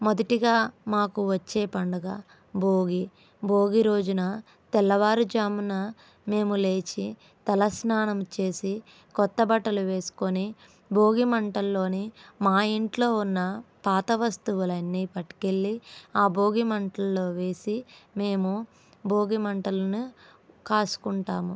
మొదటిగా మాకు వచ్చే పండుగ భోగి భోగి రోజున తెల్లవారుజామున మేము లేచి తలస్నానం చేసి కొత్తబట్టలు వేసుకుని భోగిమంటల్లోని మా ఇంట్లోఉన్న పాత వస్తువులన్నీ పట్టుకు వెళ్ళి ఆ భోగిమంటల్లో వేసి మేము భోగిమంటలను కాసుకుంటాము